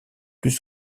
plus